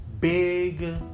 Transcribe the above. big